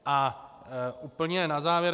A úplně na závěr.